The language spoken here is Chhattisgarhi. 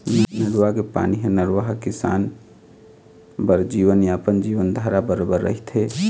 नरूवा के पानी ह नरूवा ह किसान बर जीवनयापन, जीवनधारा बरोबर रहिथे